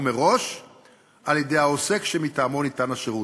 מראש על-ידי העוסק שמטעמו ניתן השירות.